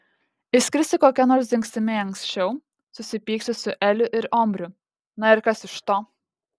išskrisi kokia nors dingstimi anksčiau susipyksi su eliu ir omriu na ir kas iš to